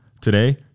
Today